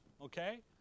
Okay